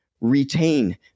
retain